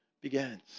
begins